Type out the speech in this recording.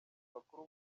bakuru